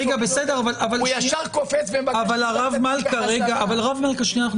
הוא ישר קופץ --- הרב מלכא, שנייה.